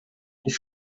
die